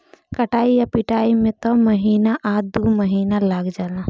कटाई आ पिटाई में त महीना आ दु महीना लाग जाला